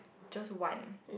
just one